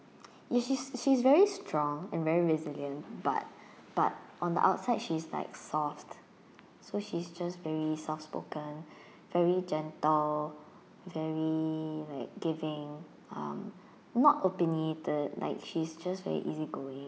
yes she's she's very strong and very resilient but but on the outside she's like soft so she's just very soft spoken very gentle very like giving um not opinionated like she's just very easygoing